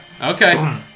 Okay